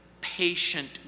patient